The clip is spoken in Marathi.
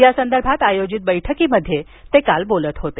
या संदर्भात आयोजित बैठकीत ते काल बोलत होते